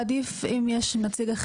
עדיף אם יש נציג אחר